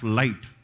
light